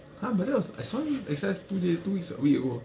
!huh! but that was I saw him exercise two days two weeks ago